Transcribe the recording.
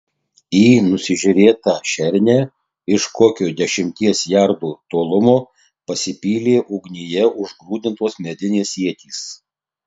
į nusižiūrėtą šernę iš kokio dešimties jardų tolumo pasipylė ugnyje užgrūdintos medinės ietys